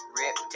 rip